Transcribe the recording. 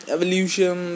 Evolution